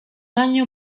año